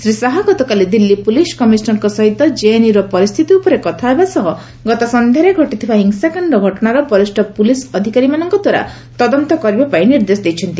ଶ୍ରୀ ଶାହା ଗତକାଲି ଦିଲ୍ଲୀ ପୁଲିସ୍ କମିଶନର୍ଙ୍କ ସହିତ ଜେଏନ୍ୟୁର ପରିସ୍ଥିତି ଉପରେ କଥା ହେବା ସହ ଗତ ସନ୍ଧ୍ୟାରେ ଘଟିଥିବା ହିଂସାକାଣ୍ଡ ଘଟଣାର ବରିଷ୍ଣ ପୁଲିସ୍ ଅଧିକାରୀଙ୍କଦ୍ୱାରା ତଦନ୍ତ କରିବାପାଇଁ ନିର୍ଦ୍ଦେଶ ଦେଇଛନ୍ତି